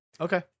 Okay